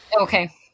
okay